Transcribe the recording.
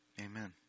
Amen